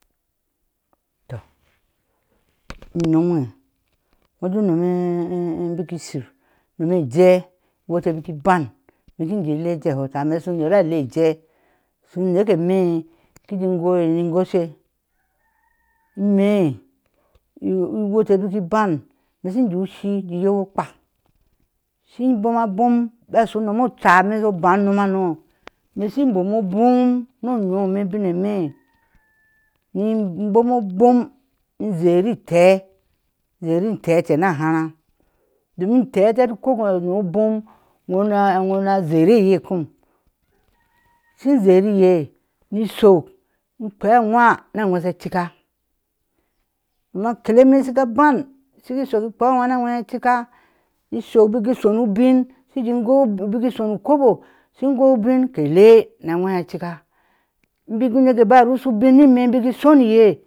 Tɔ unomwe woje unomwe in me bii in shir wuje unom ejee iwute bik ibaŋ ikin i ikee ajeen ahhuaa imme inshu uner a lea ajeee anake emee ki ji goi ni goishe ime i wute bik ibaŋ, kim jeé u shi in yew okpa kin bom abom bina a sho unom oca me sha baŋ umonha me shiŋ bome bom ne onye emee bin a mee ni in borno bon in zyeri intee zieri intee te na haráá, domin inteh heti konwe ko ga heti asha abon inwona iwɔna zyere ya com shin zeriiye ni in shuk i kpea awaar na aŋwe she cika nom a kele emeh bila a baŋ shigiŋ shok i kpea awaa na aŋwe sha sika inshɔk bik in gin sho nɔɔ ubin shiji goɔ́ bik in shonu kobo, shi goi ubin kekee na aŋwe sha aka ubik unekeba rushu ubin ni ime bila in sho ni eeh